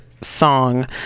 song